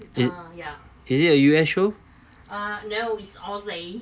is is it a U_S show